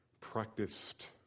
practiced